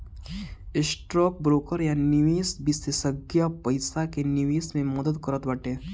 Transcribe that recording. stock broker या निवेश विषेशज्ञ पईसा के निवेश मे मदद करत बाटे